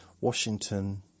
Washington